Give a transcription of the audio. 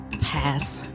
Pass